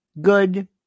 good